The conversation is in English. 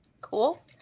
Cool